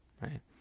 right